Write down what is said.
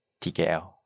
TKL